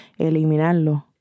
eliminarlo